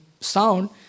sound